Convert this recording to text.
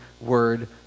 word